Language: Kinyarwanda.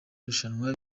rushanwa